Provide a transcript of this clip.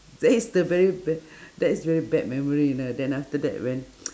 that is the very ba~ that is very bad memory you know then after that when